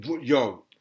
Yo